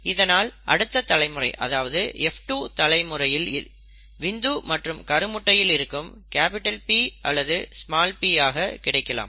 இதனால் அடுத்த தலைமுறை அதாவது F2 தலைமுறையில் விந்து மற்றும் முட்டையில் இருந்து P அல்லது p ஆக கிடைக்கலாம்